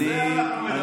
על זה אנחנו מדברים.